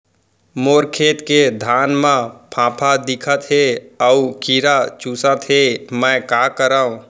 मोर खेत के धान मा फ़ांफां दिखत हे अऊ कीरा चुसत हे मैं का करंव?